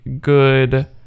good